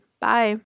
bye